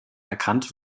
erkannt